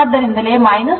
ಆದ್ದರಿಂದಲೇ 42